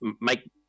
make